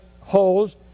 holes